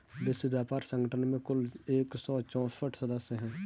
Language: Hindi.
विश्व व्यापार संगठन में कुल एक सौ चौसठ सदस्य हैं